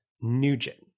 nugent